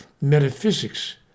metaphysics